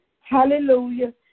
Hallelujah